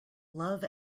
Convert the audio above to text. love